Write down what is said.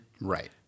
right